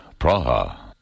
Praha